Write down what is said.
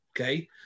okay